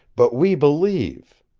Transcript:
but we believe!